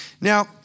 Now